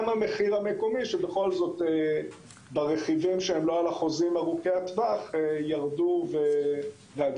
המחיר המקומי שבכל זאת ברכיבים שהם לא בחוזים ארוכי הטווח ירדו ועדיין